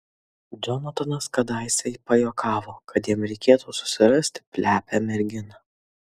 džonatanas kadaise pajuokavo kad jam reikėtų susirasti plepią merginą